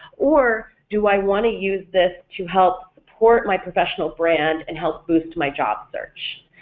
or do i want to use this to help support my professional brand and help boost my job search?